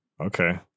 Okay